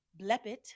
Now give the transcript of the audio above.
blepit